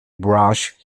brushed